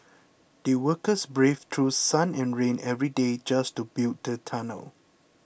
the workers braved through sun and rain every day just to build the tunnel